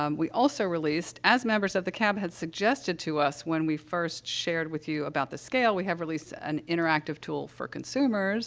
um we also released, as members of the cab had suggested to us when we first shared with you about the scale we have released an interactive tool for consumers